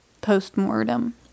post-mortem